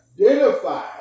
identify